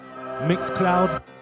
Mixcloud